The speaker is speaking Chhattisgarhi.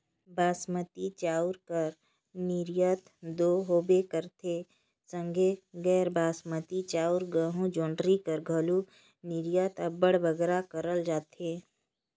बासमती चाँउर कर निरयात दो होबे करथे संघे गैर बासमती चाउर, गहूँ, जोंढरी कर घलो निरयात अब्बड़ बगरा करल जाथे